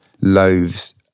loaves